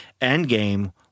Endgame